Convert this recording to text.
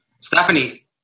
Stephanie